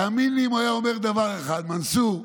תאמין לי, אם הוא היה אומר דבר אחד, מנסור,